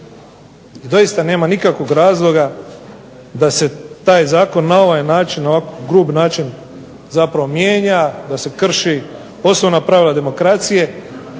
Doista nema nikakvog razloga da se taj zakon na ovaj način, ovako grub način zapravo mijenja, da se krše osnovna pravila demokracije.